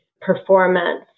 performance